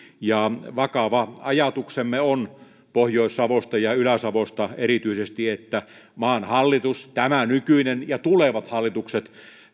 vakava ajatuksemme on pohjois savosta ja ylä savosta erityisesti se että maan hallitus tämä nykyinen ja tulevat hallitukset